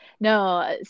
No